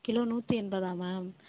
kilo நூற்றி எண்பதா ma'am